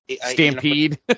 Stampede